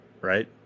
Right